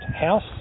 house